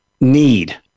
need